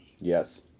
Yes